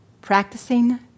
practicing